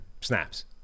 snaps